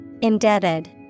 Indebted